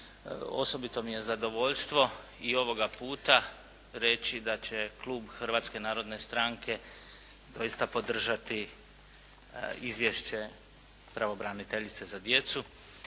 Osobito mi je zadovoljstvo i ovoga puta reći da će klub Hrvatske narodne stranke doista podržati izvješće pravobraniteljice za djecu